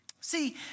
See